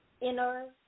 inner